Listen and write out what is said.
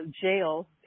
jail